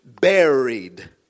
buried